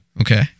Okay